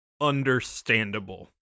understandable